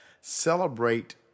Celebrate